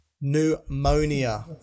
Pneumonia